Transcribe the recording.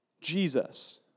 Jesus